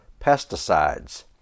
pesticides